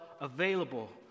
available